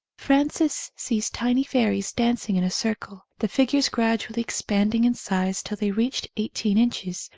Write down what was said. frances sees tiny fairies dancing in a circle, the figures gradually expanding in size till they reached eighteen inches,